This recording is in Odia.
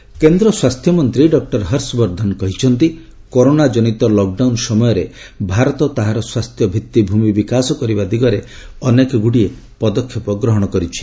ହର୍ଷବର୍ଦ୍ଧନ କେନ୍ଦ୍ର ସ୍ୱାସ୍ଥ୍ୟମନ୍ତ୍ରୀ ଡକ୍ର ହର୍ଷବର୍ଦ୍ଧନ କହିଛନ୍ତି କରୋନା ଜନିତ ଲକଡାଉନ ସମୟରେ ଭାରତ ତାହାର ସ୍ୱାସ୍ଥ୍ୟ ଭିଭିଭୂମି ବିକାଶ କରିବା ଦିଗରେ ଅନେକଗୁଡ଼ିଏ ପଦକ୍ଷେପ ଗ୍ରହଣ କରିଛି